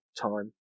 time